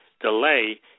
delay